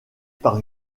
par